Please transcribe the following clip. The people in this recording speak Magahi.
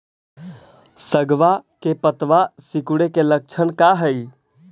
सगवा के पत्तवा सिकुड़े के लक्षण का हाई?